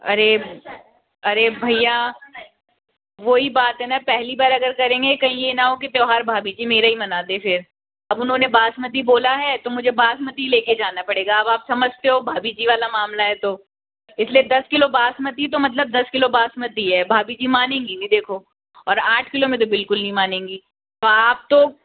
अरे अरे भैया वही बात है ना पहली बार अगर करेंगे कही ये ना हो की त्यौहार भाभी जी मेरा ही मना दे फिर अब उन्होंने बासमती बोला है तो मुझे बासमती लेके जाना पड़ेगा अब आप समझते हो भाभी जी वाला मामला है तो इसलिए दस किलो बासमती तो मतलब दस किलो बासमती है भाभी जी मानेंगी नहीं देखो और आठ किलो में तो बिल्कुल नहीं मानेंगी तो आप तो